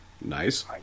Nice